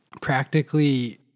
practically